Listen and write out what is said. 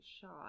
shot